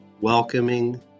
welcoming